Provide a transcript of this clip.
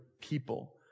people